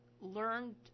learned